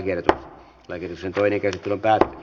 asian käsittely päättyi